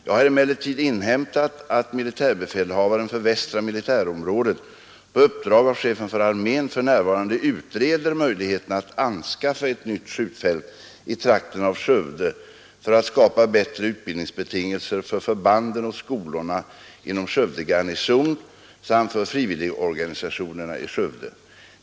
Jag har emellertid inhämtat att militärbefälhavaren för västra militärområdet på uppdrag av chefen för armén för närvarande utreder möjligheterna att anskaffa ett nytt skjutfält i trakten av Skövde för att skapa bättre utbildningsbetingelser för förbanden och skolorna inom Skövde garnison samt för frivilligorganisationerna i Skövde.